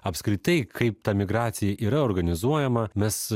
apskritai kaip ta migracija yra organizuojama mes